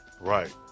Right